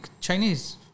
Chinese